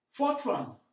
Fortran